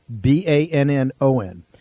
B-A-N-N-O-N